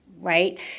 Right